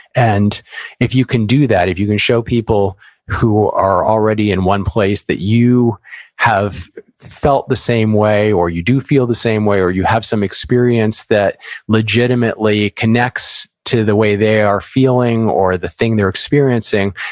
and if you can do that, if you can show people who are already in one place that you have felt the same way, or you do feel the same way, or you have some experience that legitimately connects to the way they are feeling, or the thing they're experiencing,